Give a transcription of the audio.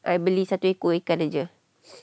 I beli satu ekor ikan aje